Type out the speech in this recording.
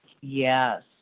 Yes